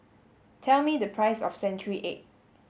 tell me the price of century egg